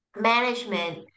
management